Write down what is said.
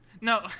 No